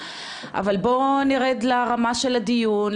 אבל בוא נרד לרמה של הדיון,